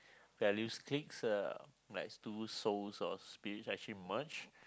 values click uh like two souls or spirits actually merge